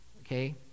Okay